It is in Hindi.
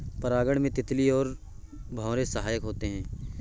परागण में तितली और भौरे सहायक होते है